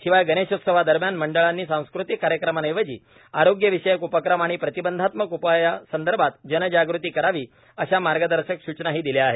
शिवाय गणेशोत्सवादरम्यान मंडळांनी सांस्कृतिक कार्यक्रमांऐवजी आरोग्यविषयक उपक्रम आणि प्रतिबंधात्मक उपायांसंदर्भात जनजागृती करावी अशा मार्गदर्शक सूचनाही दिल्या आहेत